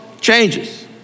changes